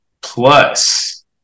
Plus